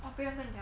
apparently